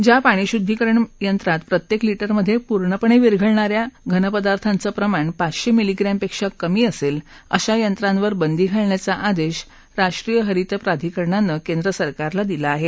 ज्या पाणीशुद्धीकरण यंत्रात प्रत्येक लि उमधे पूर्णपणे विरघळणा या घनपदार्थाचं प्रमाण पाचशे मिलिग्रस्पिक्षा कमी असेल अशा यंत्रांवर बंदी घालण्याचा आदेश राष्ट्रीय हरित प्राधिकरणानं केंद्र सरकारला दिला आहे